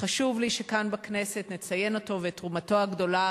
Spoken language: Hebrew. חשוב לי שכאן בכנסת נציין אותו ואת תרומתו הגדולה,